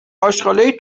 آشغالای